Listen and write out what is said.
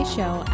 Show